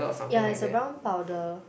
yeah it's a brown powder